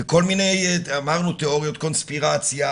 וכל מיני תיאוריות קונספירציה,